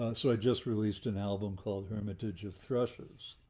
ah so i just released an album called hermitage of thrushes.